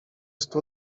stu